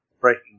Breaking